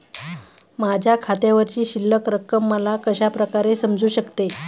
माझ्या खात्यावरची शिल्लक रक्कम मला कशा प्रकारे समजू शकते?